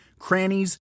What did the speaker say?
Crannies